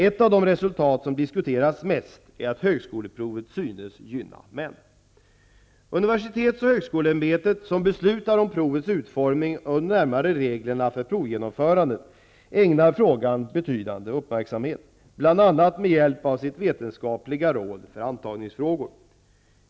Ett av de resultat som diskuterats mest är att högskoleprovet synes gynna män. Universitets och högskoleämbetet , som beslutar om provets utformning och de närmare reglerna för provgenomförandet, ägnar frågan betydande uppmärksamhet, bl.a. med hjälp av sitt vetenskapliga råd för antagningsfrågor.